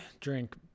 drink